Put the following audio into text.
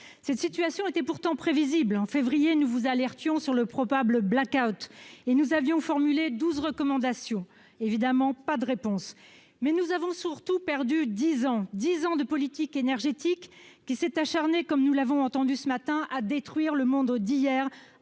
Cette situation était pourtant prévisible. En février, nous vous alertions sur le probable blackout et nous avions formulé douze recommandations. Pas de réponse, évidemment. Surtout, nous avons perdu dix ans : dix ans d'une politique énergétique qui s'est acharnée, comme nous l'avons entendu ce matin, à détruire le monde d'hier